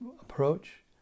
approach